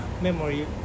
memory